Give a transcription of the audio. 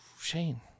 Shane